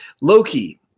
Loki